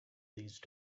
these